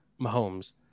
Mahomes